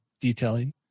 detailing